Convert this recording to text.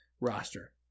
roster